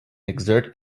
exert